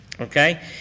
okay